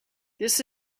this